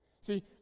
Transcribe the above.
See